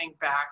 back